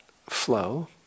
flow